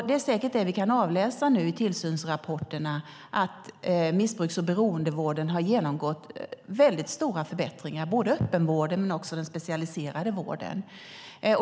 Det är säkert det vi nu kan avläsa i tillsynsrapporterna, att missbruks och beroendevården har genomgått väldigt stora förbättringar, både öppenvården och den specialiserade vården.